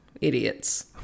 idiots